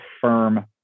firm